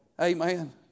Amen